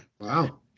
Wow